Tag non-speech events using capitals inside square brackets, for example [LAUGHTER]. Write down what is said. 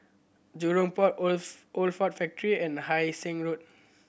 Jurong Port Old [UNINTELLIGIBLE] Old Ford Factory and Hai Sing Road